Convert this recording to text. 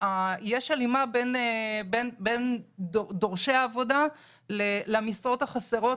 יש הלימה בין דורשי העבודה למשרות החסרות